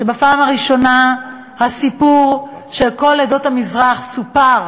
בפעם הראשונה הסיפור של כל עדות המזרח סופר,